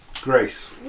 Grace